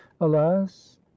alas